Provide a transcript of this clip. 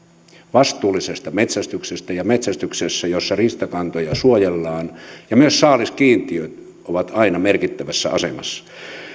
vastuullisesta metsästyksestä ja metsästyksestä jossa riistakantoja suojellaan ja myös saaliskiintiöt ovat aina merkittävässä asemassa